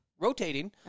rotating